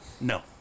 No